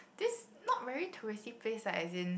this not very touristy place ah as in